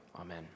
Amen